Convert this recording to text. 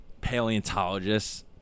paleontologists